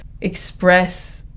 express